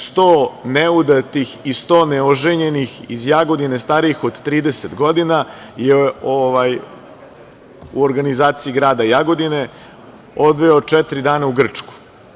Sto neudatih i sto neoženjenih iz Jagodine starijih od 30 godina je u organizaciji grada Jagodine odveo četiri dana u Grčku.